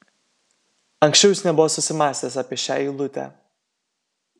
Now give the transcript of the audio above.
anksčiau jis nebuvo susimąstęs apie šią eilutę